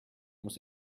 muss